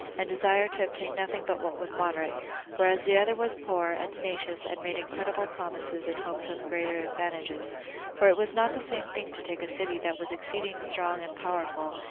and desired to obtain nothing but what was moderate whereas the other was poor, and tenacious, and made incredible promises in hopes of greater advantages for it was not the same thing to take a city that was exceeding strong and powerful,